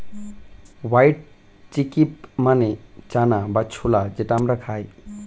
white chickpea মানে চানা বা ছোলা যেটা আমরা খাই